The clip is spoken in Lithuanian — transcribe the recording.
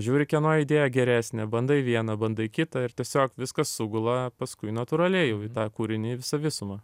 žiūri kieno idėja geresnė bandai vieną bandai kitą ir tiesiog viskas sugula paskui natūraliai jau į tą kūrinį į visą visumą